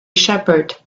shepherd